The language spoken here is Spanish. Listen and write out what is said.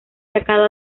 sacado